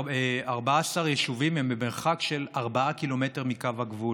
14 יישובים הם במרחק של 4 קילומטר מקו הגבול,